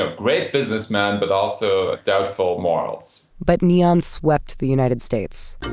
ah great businessman, but also doubtful morals but neon swept the united states.